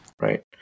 right